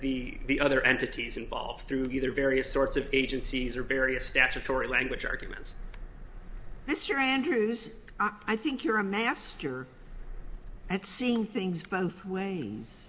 the the other entities involved through either various sorts of agencies or various statutory language arguments this year andrews i think you're a master at seeing things both ways